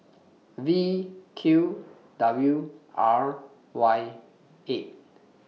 V Q W R Y eight